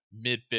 mid